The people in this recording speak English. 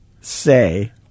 say